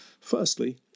Firstly